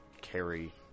carry